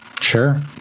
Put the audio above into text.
Sure